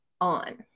on